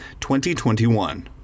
2021